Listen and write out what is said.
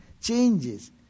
changes